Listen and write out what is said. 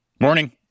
Morning